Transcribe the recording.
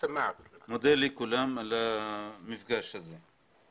אני מודה לכולם על המפגש הזה.